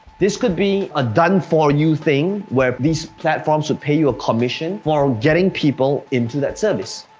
this could be a done-for-you thing, where these platforms would pay you a commission for getting people into that service.